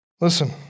Listen